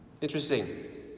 Interesting